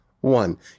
one